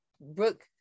Brooke